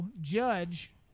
judge